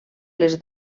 les